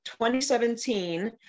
2017